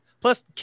plus